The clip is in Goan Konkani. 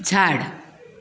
झाड